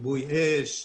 כיבוי אש,